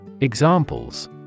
Examples